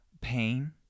pain